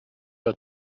your